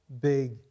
big